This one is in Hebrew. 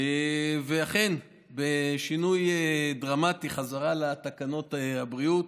אכן, בשינוי דרמטי, חזרה לתקנות הבריאות.